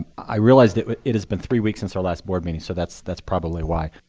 i realize that it has been three weeks since our last board meeting, so that's that's probably why.